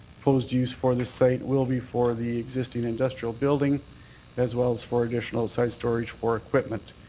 proposed use for this site will be for the existing industrial building as well as for additional site storage for equipment.